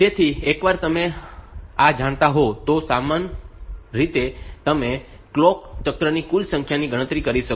તેથી એકવાર તમે આ જાણતા હોવ તો આ સમાન રીતે તમે કલોક ના ચક્રની કુલ સંખ્યાની ગણતરી કરી શકો છો